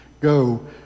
Go